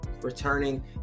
returning